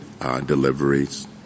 deliveries